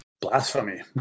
Blasphemy